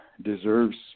deserves